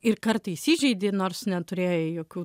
ir kartą įsižeidi nors neturėjai jokių